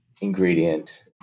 ingredient